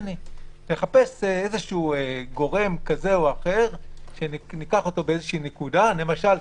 לחפש גורם כזה או אחר שניקח אותו בנקודה למשל,